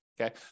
Okay